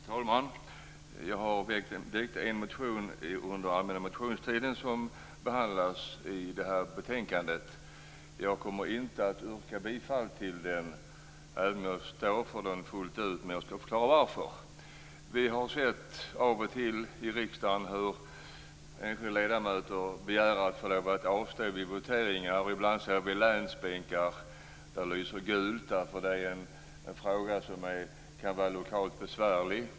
Herr talman! Jag har väckt en motion under den allmänna motionstiden som behandlas i detta betänkande. Jag kommer inte att yrka bifall till motionen, även om jag står för den fullt ut, och jag skall förklara varför. Vi har av och till sett i denna kammare hur ledamöter begär att få avstå i voteringar. Ibland lyser det gult i länsbänkarna därför att det rör sig om en fråga som kan vara lokalt besvärlig.